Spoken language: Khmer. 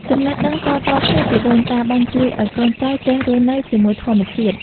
ចំណេះដឹងតៗគ្នាពីដូនតាបានជួយឱ្យកូនចៅចេះរស់នៅជាមួយធម្មជាតិ។